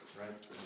right